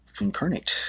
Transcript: incarnate